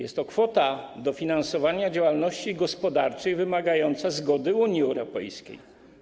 Jest to kwota dofinansowania działalności gospodarczej wymagająca zgody Unii Europejskiej.